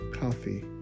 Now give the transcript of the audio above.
coffee